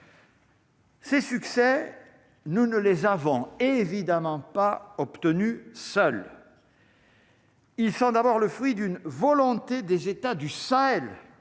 Ces succès, nous ne les avons évidemment pas obtenu seul. Ils sont d'abord le fruit d'une volonté des États du Sahel